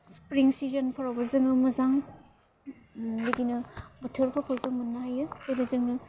स्प्रिं सिजनफोरावबो जोङो मोजां बिदिनो बोथोरफोरखौ जों मोननो हायो जेरै जोङो